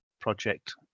project